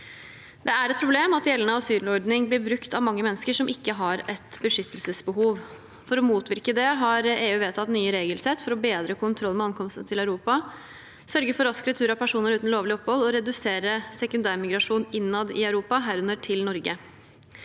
Det er et problem at gjeldende asylordning blir brukt av mange mennesker som ikke har et beskyttelsesbehov. For å motvirke det har EU vedtatt nye regelsett for å få bedre kontroll med ankomstene til Europa, sørge for rask retur av personer uten lovlig opphold og redusere sekundærmigrasjon innad i Europa – herunder til